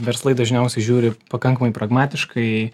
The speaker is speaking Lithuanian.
verslai dažniausiai žiūri pakankamai pragmatiškai